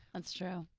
that's true.